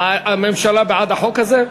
הממשלה בעד החוק הזה?